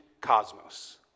cosmos